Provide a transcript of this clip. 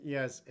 Yes